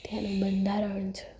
ત્યાંનું બંધારણ છે